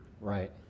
right